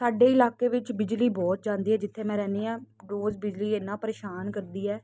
ਸਾਡੇ ਇਲਾਕੇ ਵਿੱਚ ਬਿਜਲੀ ਬਹੁਤ ਜਾਂਦੀ ਹੈ ਜਿੱਥੇ ਮੈਂ ਰਹਿੰਦਾ ਆ ਰੋਜ ਬਿਜਲੀ ਇਨਾ ਪਰੇਸ਼ਾਨ ਕਰਦੀ ਏ